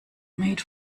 made